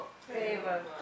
Favor